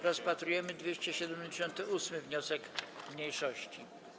Rozpatrujemy 278. wniosek mniejszości.